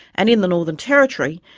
and in the northern territory,